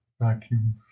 Vacuum